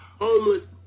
homeless